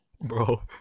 Bro